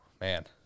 Man